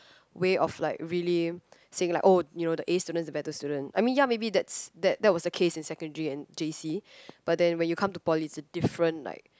way of like really saying like oh you know the A students are better students I mean ya maybe that's that was the case in secondary and J_C but then when you come to poly it's different like